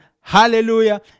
Hallelujah